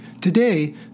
Today